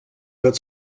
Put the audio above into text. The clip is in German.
wird